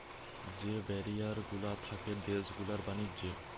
যে ব্যারিয়ার গুলা থাকে দেশ গুলার ব্যাণিজ্য